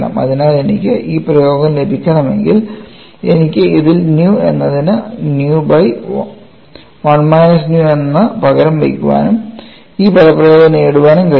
അതിനാൽ എനിക്ക് ഈ പ്രയോഗം ലഭിക്കണമെങ്കിൽ എനിക്ക് ഇതിൽ ന്യൂ എന്നതിന് ന്യൂ ബൈ 1 മൈനസ് ന്യൂ എന്ന് പകരം വയ്ക്കാനും ഈ പദപ്രയോഗം നേടാനും കഴിയും